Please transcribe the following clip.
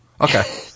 okay